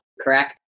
correct